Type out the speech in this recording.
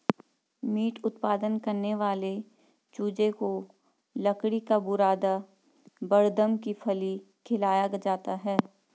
meet उत्पादन करने वाले चूजे को लकड़ी का बुरादा बड़दम की फली खिलाया जाता है